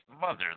mother